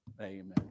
amen